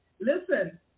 listen